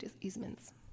easements